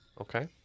Okay